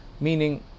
meaning